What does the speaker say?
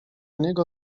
niego